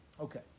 Okay